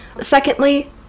secondly